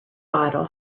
bottle